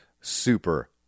super